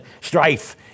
strife